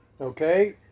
okay